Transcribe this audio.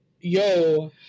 yo